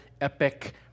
epic